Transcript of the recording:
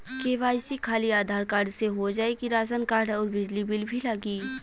KYC खाली Aadhaar card से हो जाए कि राशन कार्ड अउर बिजली बिल भी लगी?